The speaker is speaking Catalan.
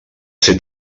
ser